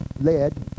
led